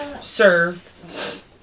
serve